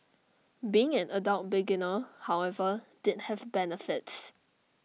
being an adult beginner however did have benefits